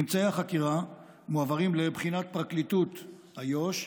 ממצאי החקירה מועברים לבחינת פרקליטות איו"ש,